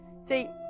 See